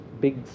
big